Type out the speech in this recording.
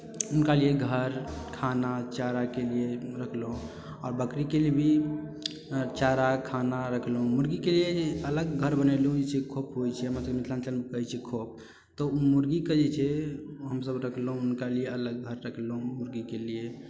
हुनका लिए घर खाना चाराके लिए रखलहुँ आओर बकरीके लिए भी चारा खाना रखलहुँ मुर्गीके लिए अलग घर बनेलहुँ जे खोप होइत छै हमरसभके मिथिलाञ्चलमे कहै छै खोप तऽ ओ मुर्गीके जे छै हमसभ रखलहुँ हुनका लिए अलग घर रखलहुँ मुर्गीके लिए